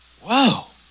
Whoa